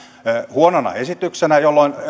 huonona esityksenä jolloin